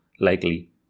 likely